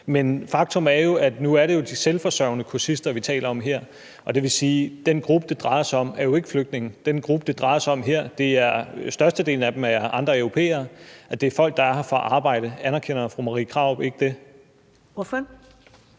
Men faktum er jo, at det er de selvforsørgende kursister, vi taler om her, og det vil sige, at den gruppe, det drejer sig om, jo ikke er flygtninge. I den gruppe, det drejer sig om her, er størstedelen af dem andre europæere, og det er folk, der er her for at arbejde. Anerkender fru Marie Krarup ikke det? Kl.